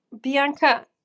Bianca